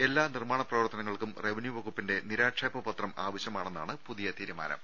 എല്ലാ നിർമ്മാണ പ്രവർത്തനങ്ങൾക്കും റവന്യൂ വകുപ്പിന്റെ നിരാക്ഷേപ പത്രം ആവശ്യമാണെന്നാണ് പുതിയ തീരുമാനം